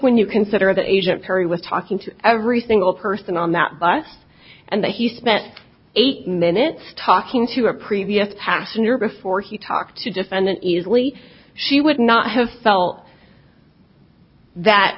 when you consider that agent perry with talking to every single person on that bus and that he spent eight minutes talking to a previous passenger before he talked to defendant easley she would not have felt that